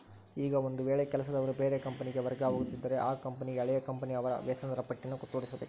ಈಗ ಒಂದು ವೇಳೆ ಕೆಲಸದವರು ಬೇರೆ ಕಂಪನಿಗೆ ವರ್ಗವಾಗುತ್ತಿದ್ದರೆ ಆ ಕಂಪನಿಗೆ ಹಳೆಯ ಕಂಪನಿಯ ಅವರ ವೇತನದಾರರ ಪಟ್ಟಿಯನ್ನು ತೋರಿಸಬೇಕು